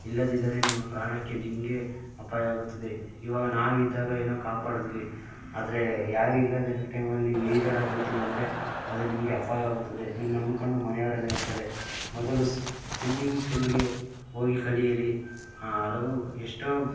ಇಲ್ಲದಿದ್ದರೆ ನಿಮ್ಮ ಪ್ರಾಣಕ್ಕೆ ನಿಮಗೆ ಅಪಾಯವಾಗುತ್ತದೆ ಇವಾಗ ನಾವಿದ್ದಾಗ ಏನೋ ಕಾಪಾಡಿದ್ವಿ ಆದರೆ ಯಾರಿಲ್ಲದಿರೊ ಟೈಮಲ್ಲಿ ಈಜಾಡೊಕ್ ಹೋಗ್ತೀವಿ ಅಂದರೆ ಅದು ನಿಮಗೆ ಅಪಾಯವಾಗುತ್ತದೆ ನಿಮ್ಮ ನಂಬಿಕೊಂಡು ಮನೆಯವರೆಲ್ಲ ಇರ್ತಾರೆ ಮೊದಲು ಸ್ವಿಮ್ಮಿಂಗ್ ಪೂಲಿಗೆ ಹೋಗಿ ಕಲಿಯಿರಿ ಹಲವು ಎಷ್ಟೋ